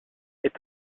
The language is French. est